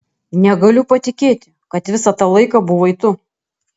negaliu patikėti kad visą tą laiką buvai tu